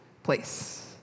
place